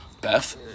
Beth